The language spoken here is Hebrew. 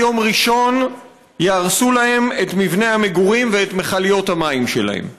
יום ראשון יהרסו להם את מבני המגורים ואת מכליות המים שלהן.